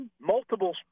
multiple